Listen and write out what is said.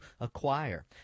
acquire